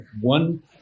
one